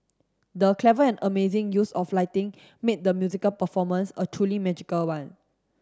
the clever and amazing use of lighting made the musical performance a truly magical one